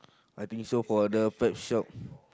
I think so for the pet shop